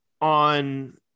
on